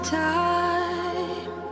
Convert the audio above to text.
time